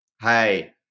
hey